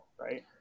right